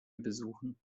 besuchen